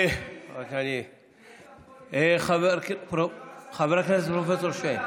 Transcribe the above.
חבר הכנסת פרופ' שיין,